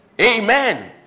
Amen